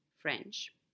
French